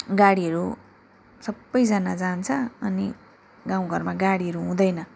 गाडीहरू सबैजना जान्छ अनि गाउँ घरमा गाडीहरू हुँदैन